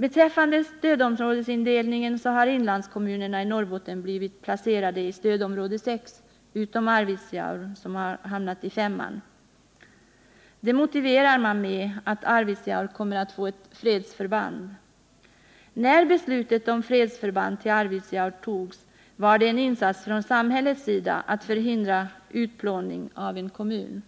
Beträffande stödområdesindelningen har inlandskommunerna i Norrbotten blivit placerade i stödområde 6, utom Arvidsjaur, som hamnat i stödområde 5. Det motiveras med att Arvidsjaur kommer att få ett fredsförband. När beslutet om ett fredsförband till Arvidsjaur togs var det en insats från samhällets sida för att förhindra en utplåning av en kommun.